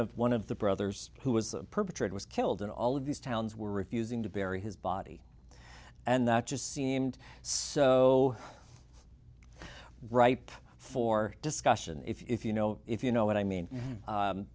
of one of the brothers who was a perpetrator was killed in all of these towns were refusing to bury his body and that just seemed so ripe for discussion if you know if you know what i mean